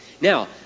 Now